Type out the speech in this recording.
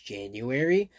January